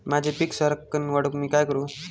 माझी पीक सराक्कन वाढूक मी काय करू?